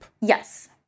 Yes